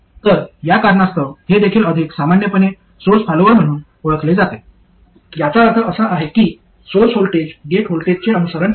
तर या कारणास्तव हे देखील अधिक सामान्यपणे सोर्स फॉलोअर म्हणून ओळखले जाते याचा अर्थ असा आहे की सोर्स व्होल्टेज गेट व्होल्टेजचे अनुसरण करते